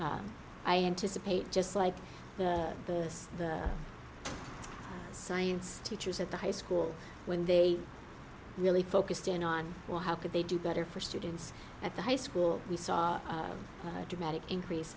i anticipate just like the science teachers at the high school when they really focused in on well how could they do better for students at the high school we saw a dramatic increase